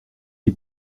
les